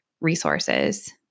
resources